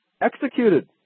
executed